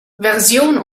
version